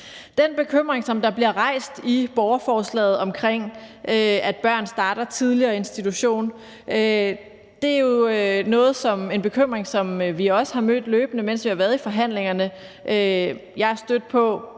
Den bekymring, som der bliver rejst i borgerforslaget, om, at børn starter tidligere i institution, er jo en bekymring, som vi også har mødt løbende, mens vi har været i forhandlingerne. Jeg er stødt på